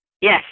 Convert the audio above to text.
Yes